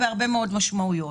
בהרבה מאוד משמעויות.